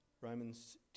Romans